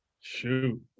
Shoot